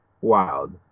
Wild